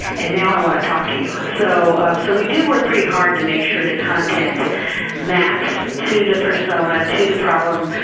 and now, i want to talk to you. so so we do work pretty hard to make sure that content maps to the persona, to the problem